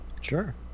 Sure